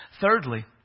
Thirdly